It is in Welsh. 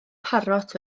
parot